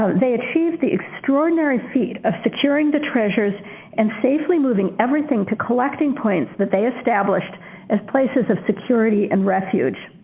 they achieved the extraordinary feat of securing the treasures and safely moving things to collecting points that they established as places of security and refuge.